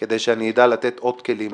כדי שאני אדע לתת עוד כלים